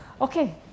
Okay